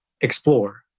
explore